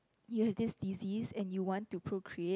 you have this disease and you want to procreate